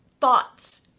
thoughts